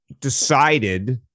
decided